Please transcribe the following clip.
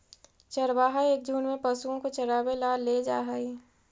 चरवाहा एक झुंड में पशुओं को चरावे ला ले जा हई